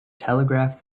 telegraph